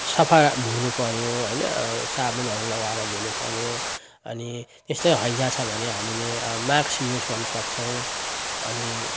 सफा धुनुपर्यो होइन साबुनहरू लगाएर धुनुपर्यो अनि यस्तै हैजा छ भने हामीले माक्स युज गर्नसक्छौँ अनि